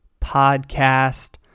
podcast